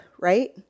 right